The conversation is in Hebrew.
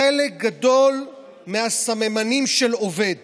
חלק גדול מהסממנים של עובד